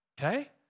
Okay